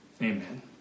Amen